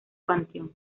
panteón